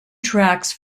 tracks